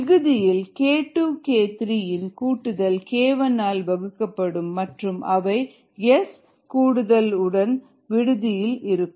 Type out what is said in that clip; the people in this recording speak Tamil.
விகுதியில் k2k3 இன் கூட்டுதல்k1 ஆல் வகுக்கப்படும் மற்றும் அவை S கூடுதல் உடன் விடுதியில் இருக்கும்